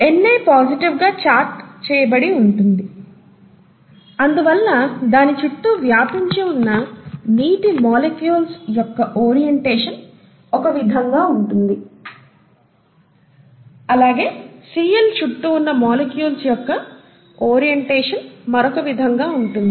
Na positive గా charge చేయబడి ఉంటుంది అందువల్ల దాని చుట్టూ వ్యాపించి ఉన్న నీటి మాలిక్యూల్స్ యొక్క ఓరియెంటేషన్ ఒక విధంగా ఉంటుందిఅలాగే Cl చుట్టూ ఉన్న మాలిక్యూల్స్ యొక్క ఓరియెంటేషన్ మరొక విధంగా ఉంటుంది